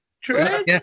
true